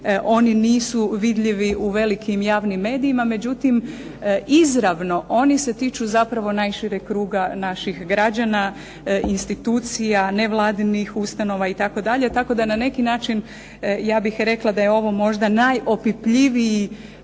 oni nisu vidljivi u velikim javnim medijima. Međutim, izravno oni se tiču zapravo najšireg kruga naših građana, institucija, nevladinih ustanova itd. tako da na neki način ja bih rekla da je ovo možda najopipljiviji